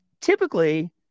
typically